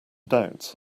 doubts